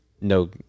no